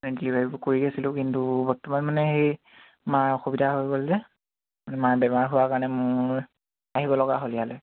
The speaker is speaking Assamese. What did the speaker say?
ডেলিভাৰী কৰি আছিলোঁ কিন্তু বৰ্তমান মানে সেই মাৰ অসুবিধা হৈ গ'ল যে মাৰ বেমাৰ হোৱাৰ কাৰণে মোৰ আহিব লগা হ'ল ইয়ালে